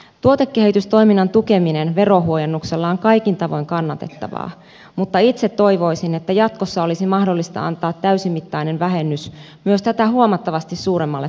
tuotekehitystoiminnan tukeminen veronhuojennuksella on kaikin tavoin kannatettavaa mutta itse toivoisin että jatkossa olisi mahdollista antaa täysimittainen vähennys myös tätä huomattavasti suuremmalle panostukselle